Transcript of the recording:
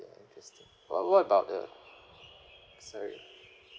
ya interesting what what about the sorry